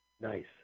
Nice